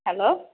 hello